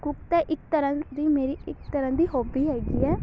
cook ਤਾਂ ਇੱਕ ਤਰ੍ਹਾਂ ਦੀ ਮੇਰੀ ਇੱਕ ਤਰ੍ਹਾਂ ਦੀ ਹੋਬੀ ਹੈਗੀ ਹੈ